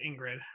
Ingrid